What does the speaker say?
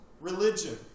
religion